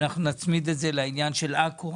אנחנו נצמיד את זה לעניין של עכו.